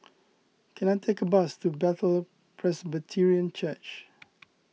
can I take a bus to Bethel Presbyterian Church